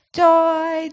joy